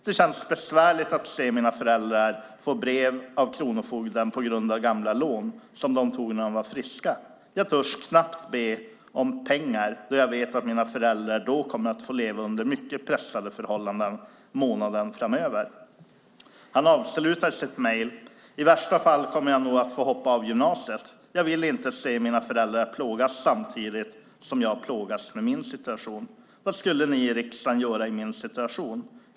Det känns besvärligt att se mina föräldrar få brev från kronofogden på grund av gamla lån som de tog när de var friska. Jag törs knappt be om pengar då jag vet att mina föräldrar då kommer att få leva under mycket pressade förhållanden månaden framöver. Han avslutar sitt mejl med följande: I värsta fall kommer jag nog att få hoppa av gymnasiet. Jag vill inte se mina föräldrar plågas, samtidigt som jag plågas med min situation. Vad skulle ni i riksdagen göra i min situation?